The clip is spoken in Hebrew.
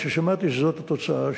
מששמעתי שזאת התוצאה,